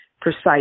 precise